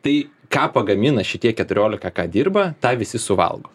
tai ką pagamina šitie keturiolika ką dirba tą visi suvalgo